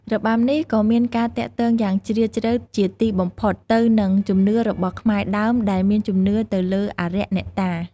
របាំនេះ ក៏មានការទាក់ទងយ៉ាងជ្រាលជ្រៅជាទីបំផុតទៅនឹងជំនឿរបស់ខ្មែរដើមដែលមានជំនឿទៅលើអារក្ស អ្នកតា។